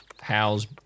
How's